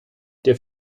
der